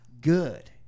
good